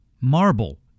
marble